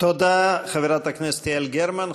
תודה, חברת הכנסת יעל גרמן.